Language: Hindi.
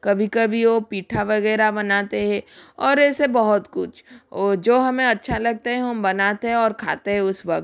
कभी कभी वह पीठा वगैरह बनाते हैं और बहुत कुछ वह जो हमें अच्छा लगता है हम बनाते और खाते हैं उस वक्त